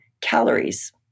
calories